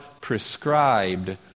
prescribed